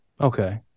Okay